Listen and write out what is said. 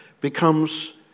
becomes